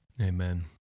Amen